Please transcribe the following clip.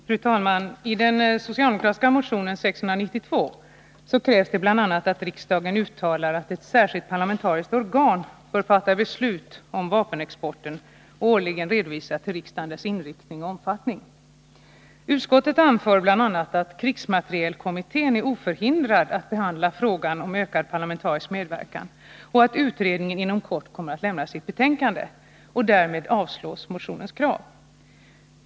Fru talman! I den socialdemokratiska motionen 692 krävs bl.a. att riksdagen uttalar att ett särskilt parlamentariskt organ bör fatta beslut om vapenexporten och årligen redovisa till riksdagen dess inriktning och omfattning. Utskottet anför bl.a. att krigsmaterielkommittén är oförhindrad att behandla frågan om ökad parlamentarisk medverkan och att utredningen inom kort kommer att lämna sitt betänkande. Och därmed avstyrks motionens krav.